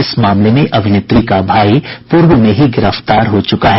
इस मामले में अभिनेत्री का भाई पूर्व में ही गिरफ्तार हो चुका है